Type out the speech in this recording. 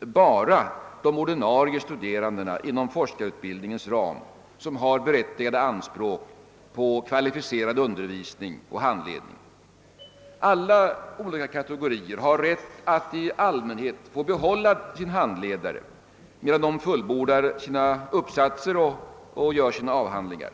bara de ordinarie studerande inom forskarutbildningens ram som har berättigade anspråk på kvalificerad undervisning och handledning. Alla kategorier bör ha rätt att få behålla sin handledare medan man fullbordar sina uppsatser och skriver sina avhandlingar.